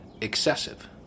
excessive